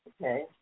Okay